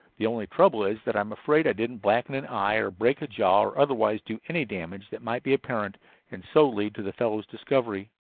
the only trouble is that i'm afraid i didn't blacken an eye, or break a jaw, or otherwise do any damage that might be apparent and so lead to the fellow's discovery.